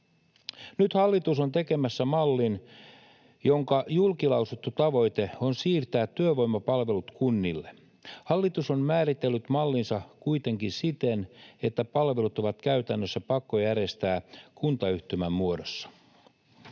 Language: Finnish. Nyt hallitus on tekemässä mallin, jonka julkilausuttu tavoite on siirtää työvoimapalvelut kunnille. Hallitus on määritellyt mallinsa kuitenkin siten, että palvelut on käytännössä pakko järjestää kuntayhtymän muodossa.